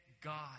God